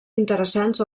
interessants